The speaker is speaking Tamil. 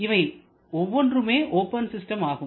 இவை ஒவ்வொன்றுமே ஓபன் சிஸ்டம் ஆகும்